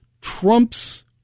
Trump's